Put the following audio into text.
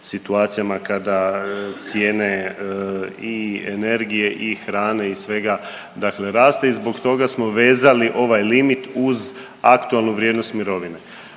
situacijama kada cijene i energije i hrane i svega dakle raste i zbog toga smo vezali ovaj limit uz aktualnu vrijednost mirovine.